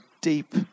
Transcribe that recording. deep